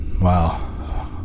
Wow